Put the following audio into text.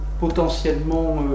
potentiellement